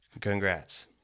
Congrats